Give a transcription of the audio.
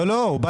לא, לא, הוא בא